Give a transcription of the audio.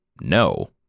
No